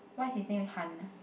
why is his name Hannah